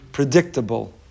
predictable